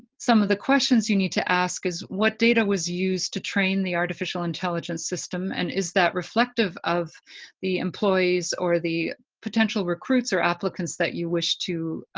some of the questions you need to ask is, what data was used to train the artificial intelligence system and is that reflective of the employees or the potential recruits or applicants that you wish to